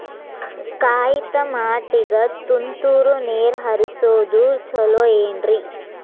ಕಾಯಿತಮಾಟಿಗ ತುಂತುರ್ ನೇರ್ ಹರಿಸೋದು ಛಲೋ ಏನ್ರಿ?